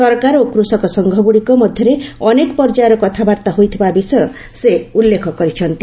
ସରକାର ଓ କୃଷକ ସଂଘ ଗୁଡ଼ିକ ମଧ୍ୟରେ ଅନେକ ପର୍ଯ୍ୟାୟର କଥାବାର୍ତ୍ତା ହୋଇଥିବା ବିଷୟ ସେ ଉଲ୍ଲେଖ କରିଛନ୍ତି